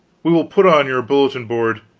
we will put on your bulletin-board,